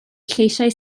lleisiau